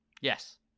Yes